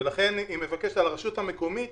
ולכן היא מבקשת מן הרשות המקומית